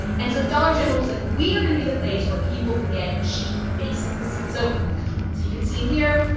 and so dollar general was, like we are going to be the place where people can get cheap basics. so but as you can see in here.